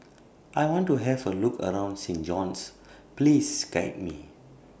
I want to Have A Look around Saint John's Please Guide Me